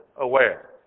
aware